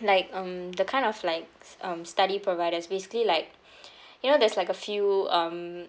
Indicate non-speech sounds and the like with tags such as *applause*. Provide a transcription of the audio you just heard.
like um the kind of likes um study providers basically like *breath* you know there's like a few um